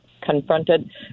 confronted